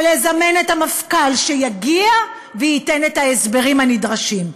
ולזמן את המפכ"ל, שיגיע וייתן את ההסברים הנדרשים.